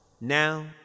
now